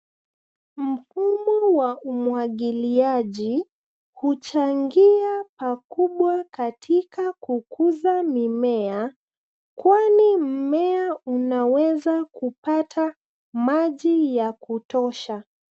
Mfumo wa umwagiliaji huchangia pakubwa katika kukuza mimea kwani mmea unaweza kupata maji ya kutosha.